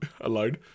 alone